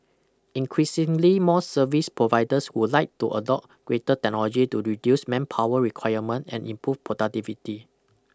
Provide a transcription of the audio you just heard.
increasingly more service providers would like to adopt greater technology to reduce manpower requirement and improve productivity